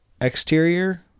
exterior